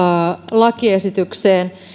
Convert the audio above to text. lakiesitykseen